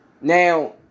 Now